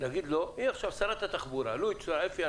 היא עכשיו שרת התחבורה אפי,